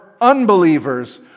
unbelievers